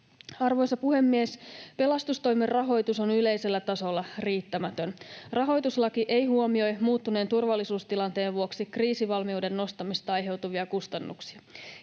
Arvoisa puhemies! Pelastustoimen rahoitus on yleisellä tasolla riittämätön. Rahoituslaki ei huomioi muuttuneen turvallisuustilanteen vuoksi kriisivalmiuden nostamisesta aiheutuvia kustannuksia.